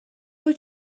wyt